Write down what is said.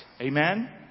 Amen